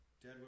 Dad